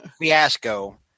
fiasco